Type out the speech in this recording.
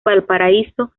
valparaíso